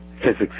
physics